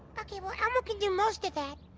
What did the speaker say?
okay well elmo can do most of that.